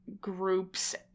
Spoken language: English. groups